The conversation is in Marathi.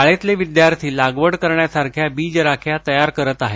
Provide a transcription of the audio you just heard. शाळेतले विद्यार्थी लागवड करण्यासारख्या बीजराख्या तयार करत आहेत